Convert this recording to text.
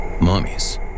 Mummies